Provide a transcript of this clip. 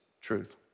truth